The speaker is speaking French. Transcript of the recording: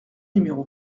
numéro